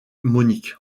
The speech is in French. monique